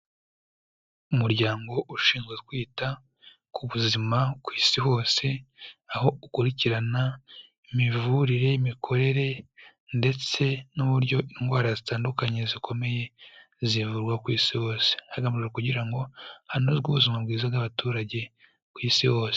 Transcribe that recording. Umuryango ushinzwe kwita ku buzima ku Isi hose, aho ukurikirana imivurire, imikorere ndetse n'uburyo indwara zitandukanye zikomeye zivurwa ku Isi hose, hagamijwe kugira ngo hanozwe ubuzima bwiza bw'abaturage ku Isi hose.